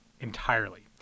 entirely